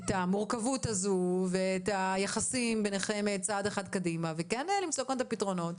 המורכבות הזאת ואת היחסים ביניכם צעד אחד קדימה ולמצוא פתרונות.